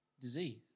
disease